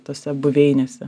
tose buveinėse